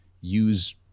use